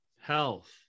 health